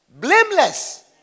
Blameless